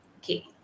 Okay